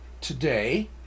today